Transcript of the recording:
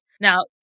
Now